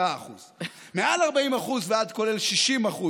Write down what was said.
10%; מעל 40% ועד 60%,